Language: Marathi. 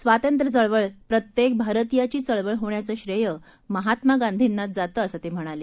स्वातंत्र्य चळवळ प्रत्येक भारतीयाची चळवळ होण्याचं श्रेय महात्मा गांधींनाच जातं असं ते म्हणाले